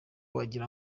wagira